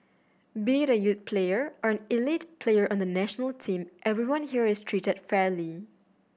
be it a youth player or an elite player on the national team everyone here is treated fairly